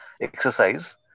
exercise